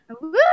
Woo